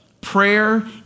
Prayer